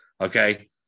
Okay